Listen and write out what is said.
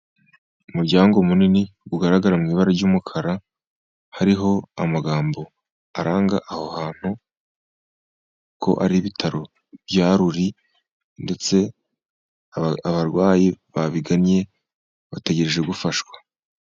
Umuryango munini, ugaragara mu ibara ry'umukara, hariho amagambo aranga aho hantu, ko ari ibitaro bya Ruli, ndetse abarwayi babigannye, bategereje gufashwa.